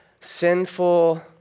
sinful